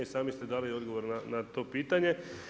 I sami ste dali odgovor na to pitanje.